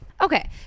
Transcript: Okay